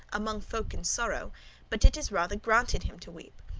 among folk in sorrow but it is rather granted him to weep.